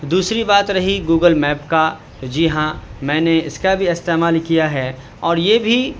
دوسری بات رہی گوگل میپ کا تو جی ہاں میں نے اس کا بھی استعمال کیا ہے اور یہ بھی